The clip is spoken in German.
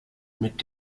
mit